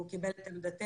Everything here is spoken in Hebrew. והוא קיבל את עמדתנו,